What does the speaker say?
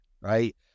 right